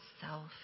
self